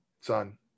son